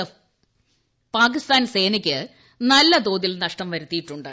F Pakistan സേനയ്ക്ക് നല്ല തോതിൽ നഷ്ടം വരുത്തിയിട്ടുണ്ട്